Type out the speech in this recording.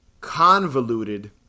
convoluted